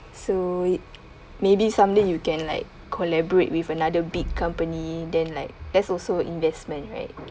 so maybe some day you can like collaborate with another big company then like that's also investment right